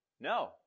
No